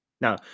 Now